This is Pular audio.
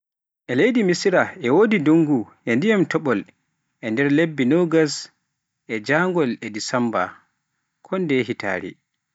E leydi Misra e woodi ndunngu e ndiyam toɓol e nder lebbi Noogas e jaangol e Disemmba koo ndeye hitaare.